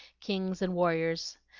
kings, and warriors.